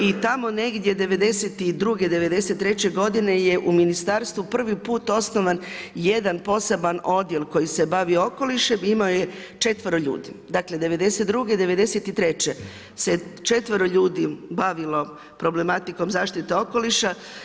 I tamo negdje '92., '93. godine je u ministarstvu prvi put osnovan jedan poseban odjel koji se bavi okolišem, imao je četvero ljudi, dakle '92., '93. se četvero ljudi bavilo problematikom zaštite okoliša.